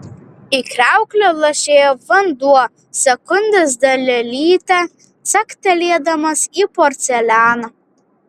į kriauklę lašėjo vanduo sekundės dalelytę caktelėdamas į porcelianą